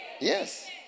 Yes